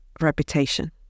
reputation